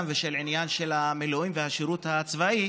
והעניין של המילואים והשירות הצבאי,